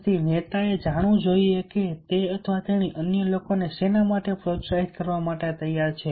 તેથી નેતાએ જાણવું જોઈએ કે જો તે અથવા તેણી અન્ય લોકોને શેના માટે પ્રોત્સાહિત કરવા તૈયાર છે